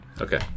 Okay